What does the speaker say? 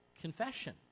confession